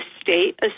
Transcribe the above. state